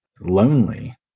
lonely